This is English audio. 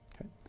okay